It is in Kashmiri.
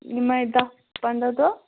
یِمَے دَہ پَنٛداہ دۄہ